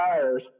tires